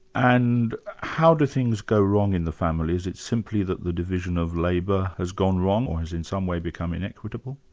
and how do things go wrong in the family? is it simply that the division of labour has gone wrong, or has in some way become inequitable?